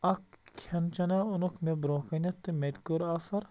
اَکھ کھٮ۪ن چٮ۪نا اوٚنُکھ مےٚ برٛونٛہہ کَنٮ۪تھ تہٕ مےٚ تہِ کوٚر آفَر